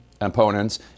opponents